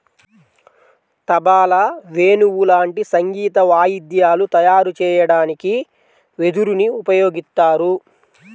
తబలా, వేణువు లాంటి సంగీత వాయిద్యాలు తయారు చెయ్యడానికి వెదురుని ఉపయోగిత్తారు